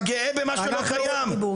אתה גאה במה שלא קיים.